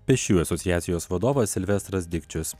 pėsčiųjų asociacijos vadovas silvestras dikčius